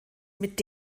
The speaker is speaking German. mit